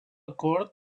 cort